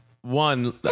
one